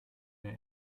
der